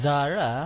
Zara